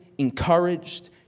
Encouraged